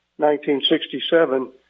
1967